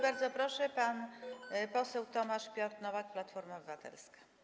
Bardzo proszę, pan poseł Tomasz Piotr Nowak, Platforma Obywatelska.